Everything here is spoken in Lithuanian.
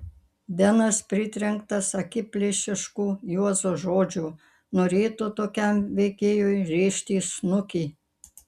benas pritrenktas akiplėšiškų juozo žodžių norėtų tokiam veikėjui rėžti į snukį